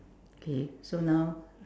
okay so now